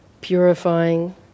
purifying